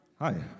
Hi